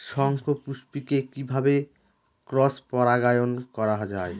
শঙ্খপুষ্পী কে কিভাবে ক্রস পরাগায়ন করা যায়?